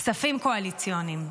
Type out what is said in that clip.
כספים קואליציוניים.